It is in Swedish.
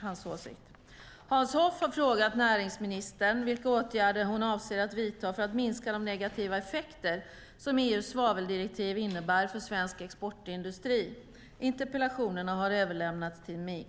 Hans Hoff har frågat näringsministern vilka åtgärder hon avser att vidta för att minska de negativa effekter som EU:s svaveldirektiv innebär för svensk exportindustri. Interpellationerna har överlämnats till mig.